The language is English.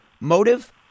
motive